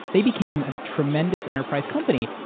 they became a tremendous enterprise company.